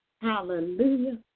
Hallelujah